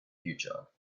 future